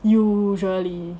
usually